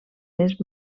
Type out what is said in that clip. les